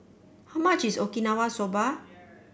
how much is Okinawa Soba